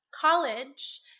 college